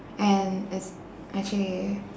and it's actually